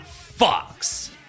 Fox